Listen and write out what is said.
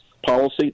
policy